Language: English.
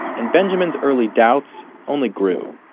and benjamin's early doubts only grew.